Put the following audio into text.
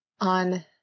on